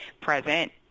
present –